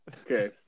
Okay